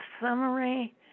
summary